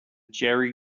jerry